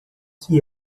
que